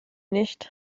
nicht